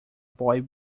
boy